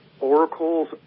Oracle's